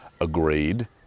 agreed